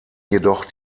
jedoch